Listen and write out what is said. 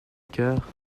coeur